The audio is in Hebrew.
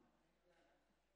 אף אחד.